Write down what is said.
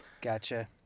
Gotcha